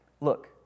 look